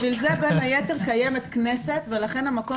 לשם כך בין היתר קיימת כנסת ולכן המקום